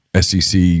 SEC